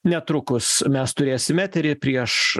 netrukus mes turėsim etery prieš